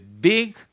big